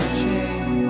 change